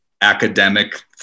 academic